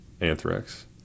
Anthrax